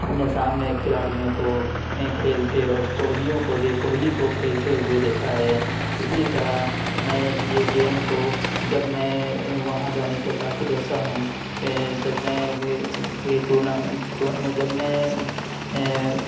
اپنے سامنے کھلاڑیوں کو ایں کھیلتے اور کوہلیوں کو دے کوہلی کو کھیلتے ہوئے دیکھا ہے اسی طرح میں یہ گیم کو جب میں ایں وہاں جانے سے قاصر رہتا ہوں ایں جب میں یہ ٹورنامنٹ جب میں